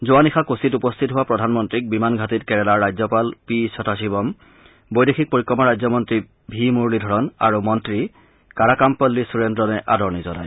যোৱা নিশা কোছিত উপস্থিত হোৱা প্ৰধানমন্ত্ৰীক বিমান ঘাটিত কেৰালাৰ ৰাজ্যপাল পি ছথাশিৱম বৈদেশিক পৰিক্ৰমা ৰাজ্যমন্ত্ৰী ভি মুৰলীধৰণৰ আৰু মন্ত্ৰী কাড়াকামপল্লী সুৰেন্দ্ৰনে আদৰণি জনায়